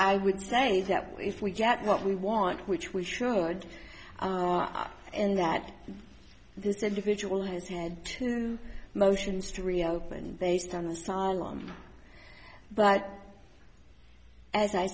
i would say that if we get what we want which we should and that this individual has to motions to reopen based on the solemn but as i